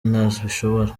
nabishobora